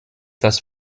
das